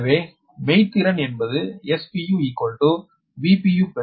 எனவே மெய்த்திறன் என்பது Spu Vpu Ipu